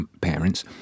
parents